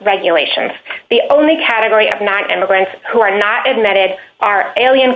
regulations the only category of not immigrants who are not admitted are alien